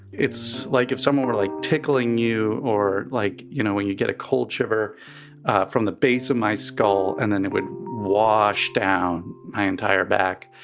it's like if someone were like tickling you or like, you know, when you get a cold shiver from the base of my skull and then it would wash down my entire back